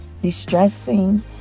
distressing